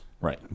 Right